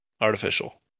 artificial